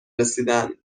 رسیدن